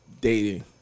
dating